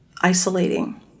isolating